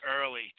early